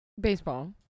Baseball